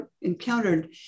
encountered